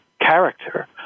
character